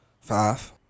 Five